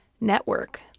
network